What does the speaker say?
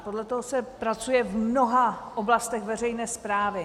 Podle toho se pracuje v mnoha oblastech veřejné správy.